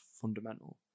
fundamental